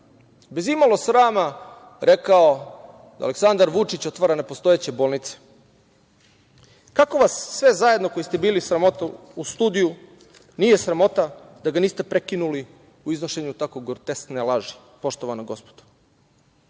bez imalo srama rekao da Aleksandar Vučić otvara nepostojeće bolnice. Kako vas sve zajedno koji ste bili u studiju nije sramota da ga niste prekinuli u iznošenju tako groteskne laži, poštovana gospodo?